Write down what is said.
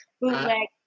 bootleg